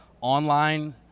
online